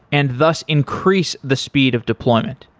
and thus increase the speed of deployment.